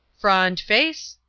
front face!